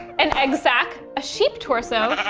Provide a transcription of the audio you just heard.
an egg sac, a sheep torso,